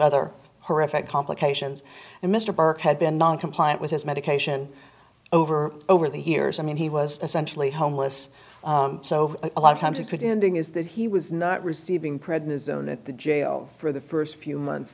other horrific complications and mr birkhead been non compliant with his medication over over the years i mean he was essentially homeless so a lot of times you could in doing is that he was not receiving prednisone at the jail for the st few months